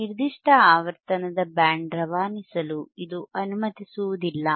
ಈ ನಿರ್ದಿಷ್ಟ ಆವರ್ತನದ ಬ್ಯಾಂಡ್ ರವಾನಿಸಲು ಇದು ಅನುಮತಿಸುವುದಿಲ್ಲ